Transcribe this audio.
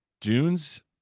June's